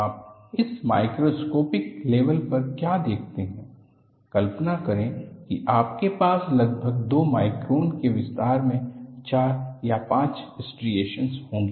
आप इस microscopic level पर क्या देखते है कल्पना करें कि आपके पास लगभग 2 माइक्रोन के विस्तार में 4 या 5 स्ट्रीएश्न्स होगी